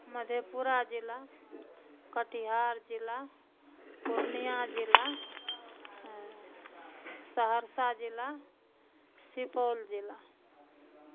मधेपुरा जिला कटिहार जिला पूर्णियाँ जिला सहरसा जिला सिपौल जिला